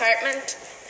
apartment